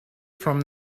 from